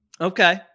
Okay